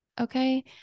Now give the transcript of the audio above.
okay